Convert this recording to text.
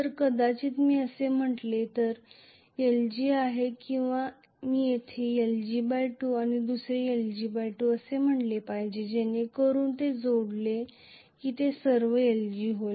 तर कदाचित मी असे म्हटले तर हे lg आहे किंवा मी येथे lg2 आणि दुसरे lg2 असे म्हटले पाहिजे जेणेकरुन ते जोडले की ते सर्व lg होते